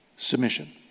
submission